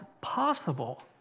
possible